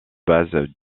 base